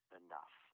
enough